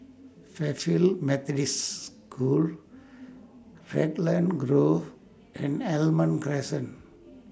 Fairfield Methodist School Raglan Grove and Almond Crescent